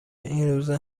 اینروزا